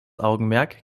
augenmerk